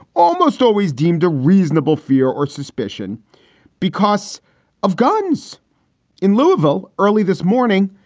almost always deemed a reasonable fear or suspicion because of guns in louisville. early this morning,